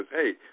hey